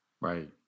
Right